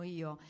io